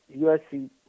USC